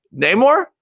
namor